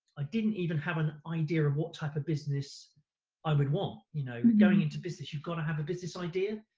i didn't even have an idea of what type of business i would want. you know, going into business you've gotta have a business idea,